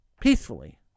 peacefully